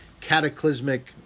cataclysmic